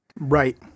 Right